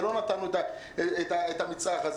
ולא נתנו את המצרך הזה.